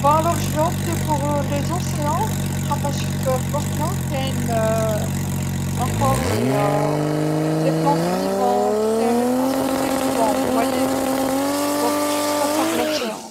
حسنا إذن سوف أختار المحيطات خاطرش ف- في المحيط كاين أيضا النباتات الحية، كاين تعيش في الماء، هل ترون، إذن أفضل المحيط.